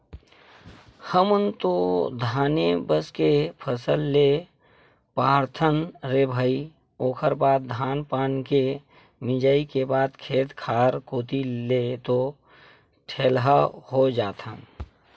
हमन तो धाने बस के फसल ले पाथन रे भई ओखर बाद धान पान के मिंजई के बाद खेत खार कोती ले तो ठेलहा हो जाथन